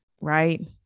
right